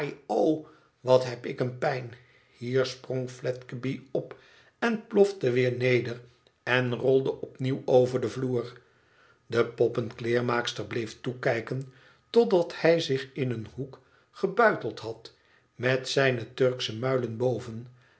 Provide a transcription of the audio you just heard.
o wat heb ik een pijn hier sprong fledgeby op en plofte weer neder en rolde opnieuw over den vloer de poppenkleermaakster bleef toekijken totdat hij zich in een hoek gebuiteld had met zijne turksche muilen boven